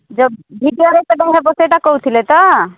ଯୋଉ video record ହବ ସେଇଟା କହୁଥିଲେ ତ